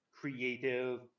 creative